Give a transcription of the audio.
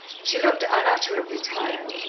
she looked unutterably tired.